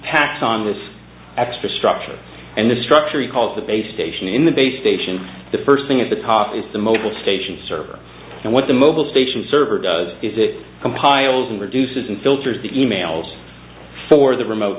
pass on this extra structure and the structure he calls the base station in the base station the first thing at the top is the mobil station server and what the mobile station server does is it compiles and produces and filters the emails for the remote